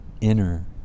inner